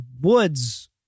woods